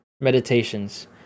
Meditations